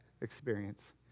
experience